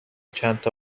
چندتا